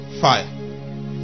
Fire